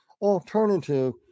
alternative